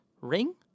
ring